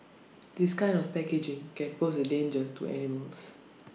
this kind of packaging can pose A danger to animals